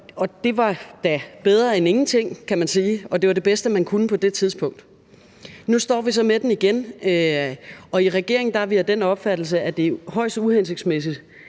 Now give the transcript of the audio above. det var da bedre end ingenting, kan man sige, og det var det bedste, man kunne, på det tidspunkt. Nu står vi så med den igen, og i regeringen er vi af den opfattelse, at det er højst uhensigtsmæssigt